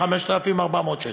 5,400 שקל.